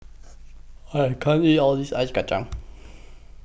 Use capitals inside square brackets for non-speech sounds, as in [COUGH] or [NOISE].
I can't eat All This Ice Kacang [NOISE]